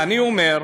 אני אומר: